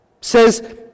says